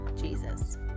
Jesus